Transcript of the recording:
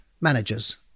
managers